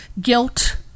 guilt